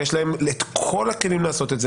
ויש להם את כל הכלים לעשות את זה,